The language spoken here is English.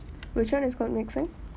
whcih one is called mixing